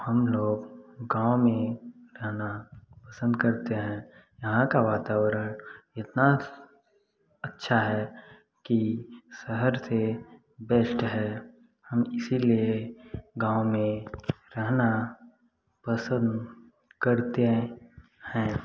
हम लोग गाँव में रहना पसंद करते हैं यहाँ का वातावरण इतना अच्छा है की शहर से बेस्ट है हम इसीलिए गाँव में रहना पसंद करते हैं हैं